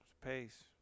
pace